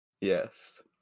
Yes